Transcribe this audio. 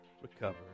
Recover